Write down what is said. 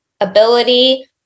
ability